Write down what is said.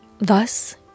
Thus